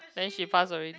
then she pass already